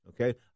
okay